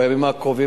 בימים הקרובים,